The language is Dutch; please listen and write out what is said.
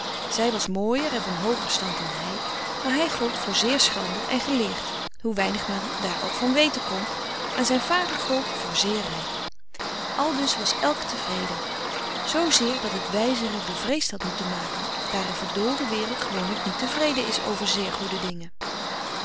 zij was mooier en van hooger stand dan hij maar hij gold voor zeer schrander en geleerd hoe weinig men daar ook van weten kon en zijn vader gold voor zeer rijk aldus was elk tevreden zoozeer dat het wijzeren bevreesd had moeten maken daar een verdoolde wereld gewoonlijk niet tevreden is over zeer goede dingen